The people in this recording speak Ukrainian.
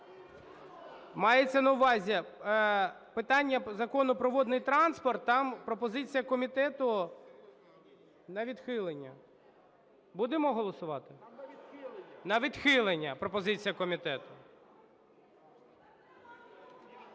Мається на увазі, питання Закону про водний транспорт там пропозиція комітету на відхилення. Будемо голосувати? На відхилення, пропозиція комітету.